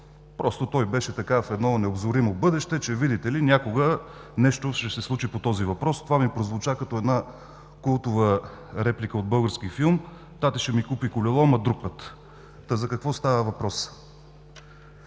отговор. Той беше в едно необозримо бъдеще, че, видите ли, някога нещо ще се случи по този въпрос. Това ми прозвуча като една култова реплика от български филм: „Тате ще ми купи колело, ама друг път“. За какво става въпрос?